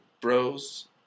Bros